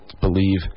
believe